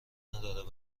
نداره